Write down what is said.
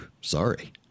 sorry